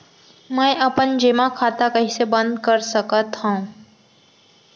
मै अपन जेमा खाता कइसे बन्द कर सकत हओं?